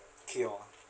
cure